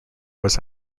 was